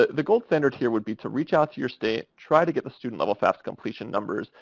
the the gold standard here would be to reach out to your state, try to get the student-level fafsa completion numbers,